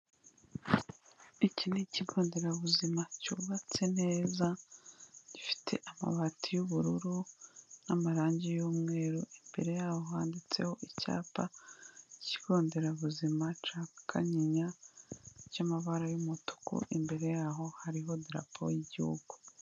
Iki ni ikigo nderabuzima cyubatse neza, gifite amabati y'ubururu n'amarangi y'umweru, imbere yaho handitseho icyapa ikigo nderabuzima cya Kanyinya cy'amabara y'umutuku, imbere yaho hariho idarapo y'igihugu.